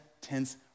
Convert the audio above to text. tense